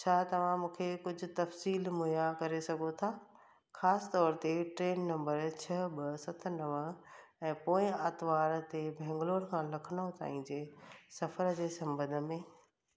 छा तव्हां मूंखे कुझु तफ़सील मुहैया करे सघो था ख़ासि तौर ते ट्रेन नंबर छह ॿ सत नव ऐं पोएं आर्तवार ते बैंगलोर खां लखनऊ ताईं जे सफ़र जे संबंध में